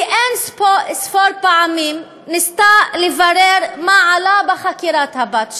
היא פעמים אין-ספור ניסתה לברר מה עלה בחקירת הבת שלה.